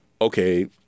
okay